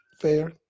Fair